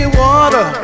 water